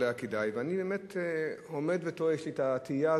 אני מאוד מקווה שהעניין הזה